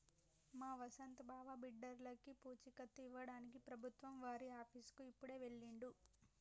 మా వసంత్ బావ బిడ్డర్లకి పూచీకత్తు ఇవ్వడానికి ప్రభుత్వం వారి ఆఫీసుకి ఇప్పుడే వెళ్ళిండు